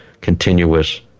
continuous